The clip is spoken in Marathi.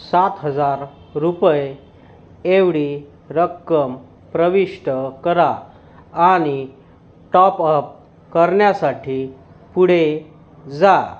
सात हजार रुपये एवढी रक्कम प्रविष्ट करा आणि टॉपअप करण्यासाठी पुढे जा